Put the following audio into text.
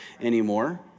anymore